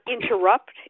interrupt